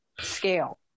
scale